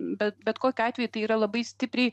bet bet kokiu atveju tai yra labai stipriai